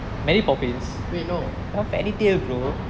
wait no